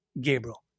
Gabriel